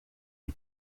die